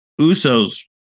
Usos